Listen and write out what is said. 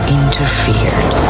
interfered